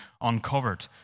uncovered